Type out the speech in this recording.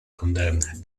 condemned